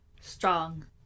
strong